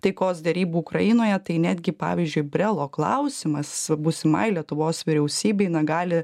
taikos derybų ukrainoje tai netgi pavyzdžiui brelo klausimas būsimai lietuvos vyriausybei gali